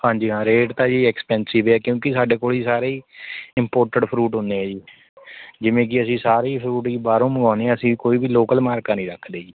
ਹਾਂਜੀ ਹਾਂ ਰੇਟ ਤਾਂ ਜੀ ਐਕਪੈਨਸਿਵ ਹੈ ਕਿਉੰਕਿ ਸਾਡੇ ਕੋਲ ਜੀ ਸਾਰੇ ਹੀ ਇੰਮਪੋਰਟਡ ਫਰੂਟ ਹੁੰਦੇ ਹੈ ਜੀ ਜਿਵੇਂ ਕਿ ਅਸੀਂ ਸਾਰੇ ਫਰੂਟ ਜੀ ਬਾਹਰੋਂ ਮੰਗਵਾਉਂਦੇ ਹਾਂ ਅਸੀਂ ਕੋਈ ਵੀ ਲੌਕਲ ਮਾਰਕਾ ਨਹੀਂ ਰੱਖਦੇ ਜੀ